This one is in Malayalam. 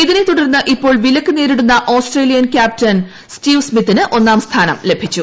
ഇതിനെ തുടർന്ന് ഇപ്പോൾ വിലക്ക് നേരിടുന്ന ഓസ്ട്രേലിയ ക്യാപ്റ്റൻ സ്റ്റീവ് സ്മിത്തിന് ഒന്നം സ്ഥാനം ലഭിച്ചു